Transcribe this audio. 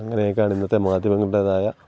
അങ്ങനെയൊക്കെയാണ് ഇന്നത്തെ മാധ്യമങ്ങളുടേതായ